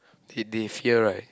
that they fear right